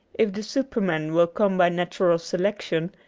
if the superman will come by natural selection,